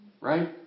right